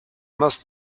most